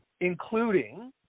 including